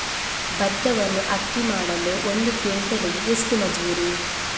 ಭತ್ತವನ್ನು ಅಕ್ಕಿ ಮಾಡಲು ಒಂದು ಕ್ವಿಂಟಾಲಿಗೆ ಎಷ್ಟು ಮಜೂರಿ?